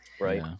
right